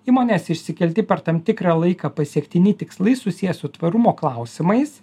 įmonės išsikelti per tam tikrą laiką pasiektini tikslai susiję su tvarumo klausimais